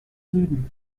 süden